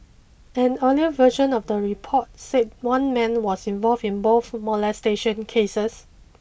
an earlier version of the report said one man was involved in both molestation cases